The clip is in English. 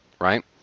right